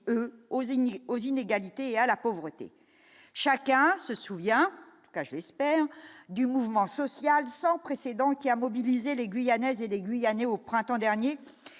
aux inégalités, à la pauvreté, chacun se souvient la espère du mouvement social sans précédent qui a mobilisé les guyanaise et des Guyanais au printemps dernier